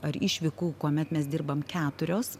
ar išvykų kuomet mes dirbam keturios